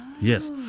Yes